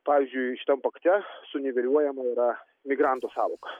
pavyzdžiui šitam pakte suniveliuojama yra migrantų sąvoka